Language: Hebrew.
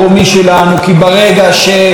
כי ברגע שאנשים,